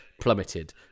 plummeted